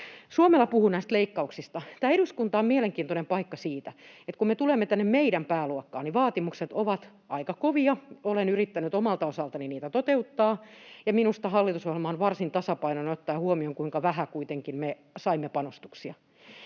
Suomela puhui näistä leikkauksista. Tämä eduskunta on siitä mielenkiintoinen paikka, että kun me tulemme tähän meidän pääluokkaan, niin vaatimukset ovat aika kovia. Olen yrittänyt omalta osaltani niitä toteuttaa, ja minusta hallitusohjelma on varsin tasapainoinen ottaen huomioon, kuinka vähän me kuitenkin saimme panostuksia.